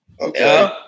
Okay